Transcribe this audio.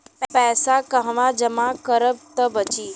पैसा कहवा जमा करब त बची?